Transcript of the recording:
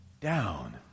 down